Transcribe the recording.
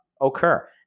occur